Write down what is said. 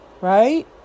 right